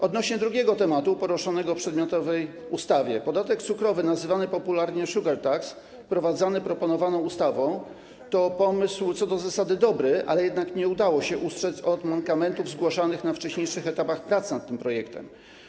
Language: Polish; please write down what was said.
Odnośnie do drugiego tematu poruszanego w przedmiotowej ustawie powiem, że podatek cukrowy, nazywany popularnie sugar tax, wprowadzany proponowaną ustawą to pomysł co do zasady dobry, ale nie udało się ustrzec przed mankamentami zgłaszanymi na wcześniejszych etapach prac nad tym projektem.